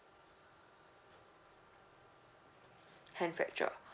hand fracture